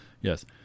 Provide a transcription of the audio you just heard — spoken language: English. Yes